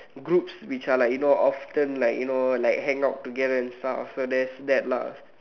in groups which are like you often like you know hang out together and stuff so there's that